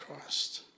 Christ